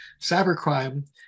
cybercrime